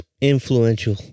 influential